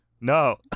no